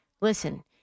listen